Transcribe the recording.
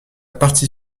partie